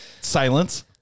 Silence